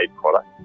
product